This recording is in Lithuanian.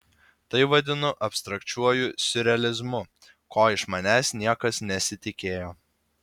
tai vadinu abstrakčiuoju siurrealizmu ko iš manęs niekas nesitikėjo